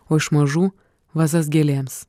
o iš mažų vazas gėlėms